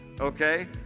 Okay